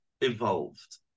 involved